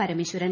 Parameswaran